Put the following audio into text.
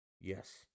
Yes